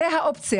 זוהי האופציה.